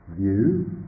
view